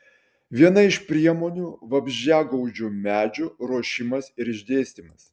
viena iš priemonių vabzdžiagaudžių medžių ruošimas ir išdėstymas